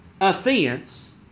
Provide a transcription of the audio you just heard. offense